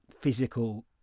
physical